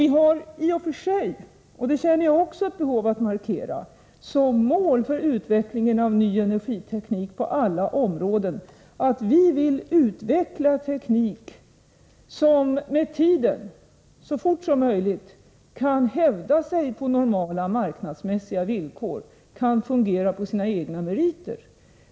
Vi har i och för sig, och det känner jag också ett behov av att markera, som mål för utvecklingen av ny energiteknik på alla områden att vi vill utveckla teknik som med tiden, så fort som möjligt, kan hävda sig på normala marknadsmässiga villkor och som kan fungera på sina egna meriter.